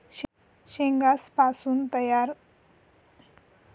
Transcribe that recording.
शेंगासपासून तयार व्हतीस त्या बियासले फील्ड बी म्हणतस